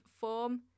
form